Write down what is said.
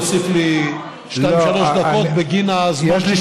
להוסיף לי שתיים-שלוש דקות בגין הזמן שנגזל?